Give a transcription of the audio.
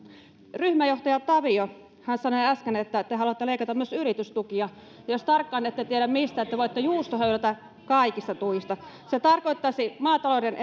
ryhmäjohtaja tavio sanoi äsken että te haluatte leikata myös yritystukia jos tarkkaan ette tiedä mistä te voitte juustohöylätä kaikista tuista se tarkoittaisi maatalouden